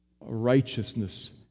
righteousness